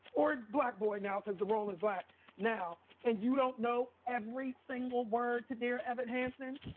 or black boy, now, because the role is black now and you don't know every single word to dear evan hansen.